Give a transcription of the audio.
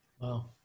Wow